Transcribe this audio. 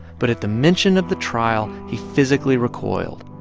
but at the mention of the trial, he physically recoiled.